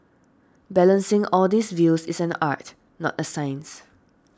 balancing all these views is an art not a science